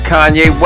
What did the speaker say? Kanye